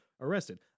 arrested